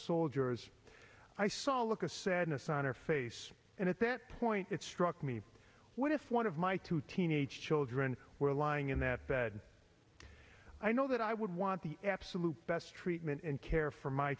soldiers i saw a look of sadness on her face and at that point it struck me when if one of my two teenage children were lying in that bed i know that i would want the absolute best treatment and care for my